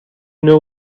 know